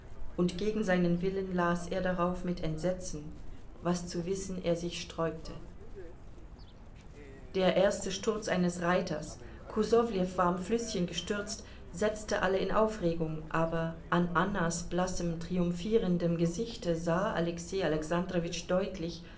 und gegen seinen willen las er darauf mit entsetzen was zu wissen er sich sträubte der erste sturz eines reiters kusowlew war am flüßchen gestürzt setzte alle in aufregung aber an annas blassem triumphierendem gesichte sah alexei alexandrowitsch deutlich